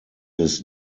his